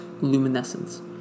luminescence